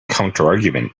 counterargument